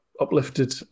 uplifted